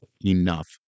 enough